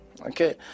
okay